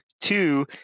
Two